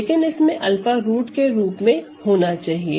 लेकिन इसमें 𝛂 रूट के रूप में होना चाहिए